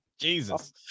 Jesus